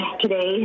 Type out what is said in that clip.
today